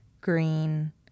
green